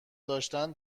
داشتن